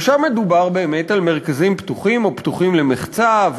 ושם מדובר באמת על מרכזים פתוחים או פתוחים למחצה,